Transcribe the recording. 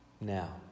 Now